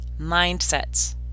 mindsets